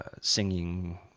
singing